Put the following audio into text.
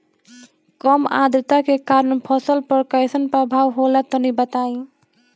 कम आद्रता के कारण फसल पर कैसन प्रभाव होला तनी बताई?